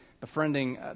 befriending